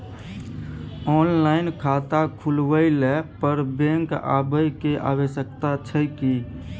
Online खाता खुलवैला पर बैंक आबै के आवश्यकता छै की?